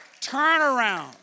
Turnaround